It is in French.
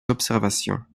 observations